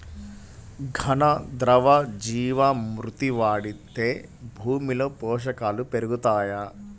ఘన, ద్రవ జీవా మృతి వాడితే భూమిలో పోషకాలు పెరుగుతాయా?